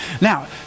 Now